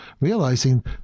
realizing